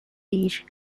beach